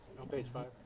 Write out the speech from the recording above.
page five?